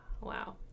Wow